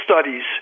studies